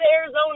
Arizona